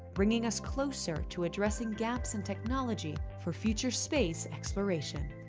bringing us closer to addressing gaps in technology for future space exploration.